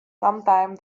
sometimes